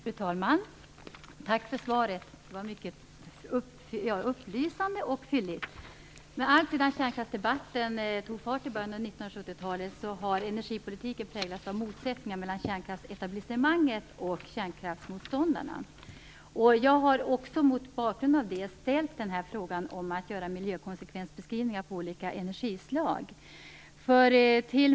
Fru talman! Tack för svaret! Det var mycket upplysande och fylligt. Alltsedan kärnkraftsdebatten tog fart i början av 1970-talet har energipolitiken präglats av motsättningar mellan kärnkraftsetablissemanget och kärnkraftsmotståndarna. Jag har också mot bakgrund av det ställt den här interpellationen om att göra miljökonsekvensbeskrivningar på olika energislag.